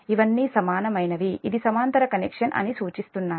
ఇవన్నీ సమానమైనవి ఇది సమాంతర కనెక్షన్ అని సూచిస్తున్నాయి